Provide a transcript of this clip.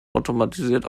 automatisiert